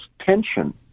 tension